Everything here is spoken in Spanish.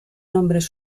nombres